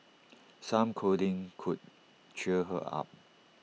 some cuddling could cheer her up